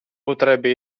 potrebbe